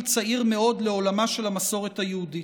צעיר מאוד לעולמה של המסורת היהודית.